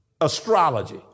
astrology